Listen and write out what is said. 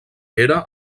era